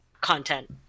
content